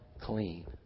clean